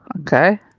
okay